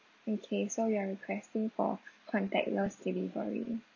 okay so you are requesting for contactless delivery